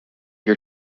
your